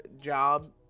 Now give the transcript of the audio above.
job